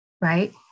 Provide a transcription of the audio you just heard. right